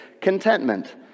contentment